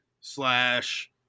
slash